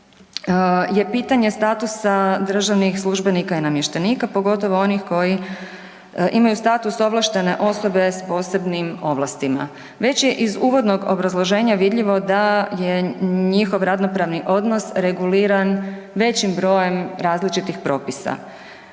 je pitanje statusa državnih službenika i namještenika, pogotovo onih koji imaju status ovlaštene osobe s posebnim ovlastima. Već je iz uvodnog obrazloženja vidljivo da je njihov radno pravni odnos reguliran većim brojem različitih propisa.